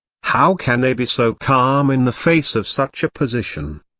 how can they be so calm in the face of such a position?